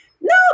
no